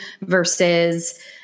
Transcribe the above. versus